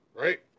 Right